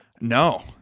No